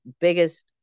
biggest